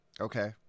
Okay